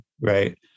right